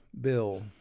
bill